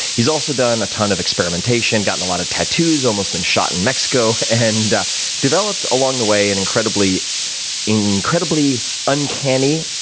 he's also done a ton of experimentation, gotten a lot of tattoos, almost been shot in mexico, and developed, along the way, and an incredibly uncanny,